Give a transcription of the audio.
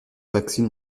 vaccine